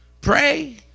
Pray